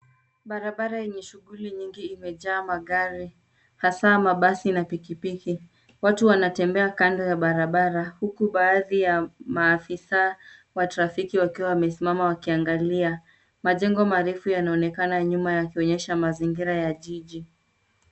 Barabara yenye shughuli nyingi imejaa magari hasa mabasi na pikipiki, watu wanatembea kando ya barabara huku maafisa wa trafiki wakiwa wamesimama wakiangalia. Majengo marefu yanaonekana nyuma yakionyesha mazingira ya jiji.